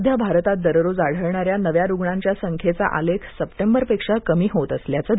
सध्या भारतात दररोज आढळणाऱ्या नव्या रुग्णांच्या संख्येचा आलेख सप्टेंबरक्षा कमी होत असल्याचं दिसत आहे